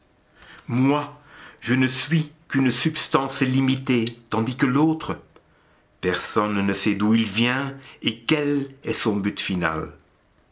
moi je ne suis qu'une substance limitée tandis que l'autre personne ne sait d'où il vient et quel est son but final